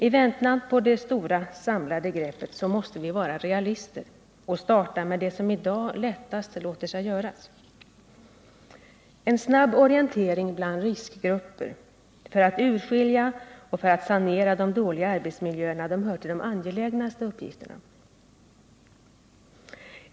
I väntan på det stora samlade greppet måste vi vara realister och starta med det som i dag lättast låter sig göras. En snabb orientering bland riskgrupper för att urskilja och sanera dåliga arbetsmiljöer hör till de angelägnaste åtgärderna.